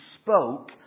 spoke